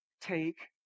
take